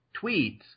tweets